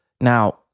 Now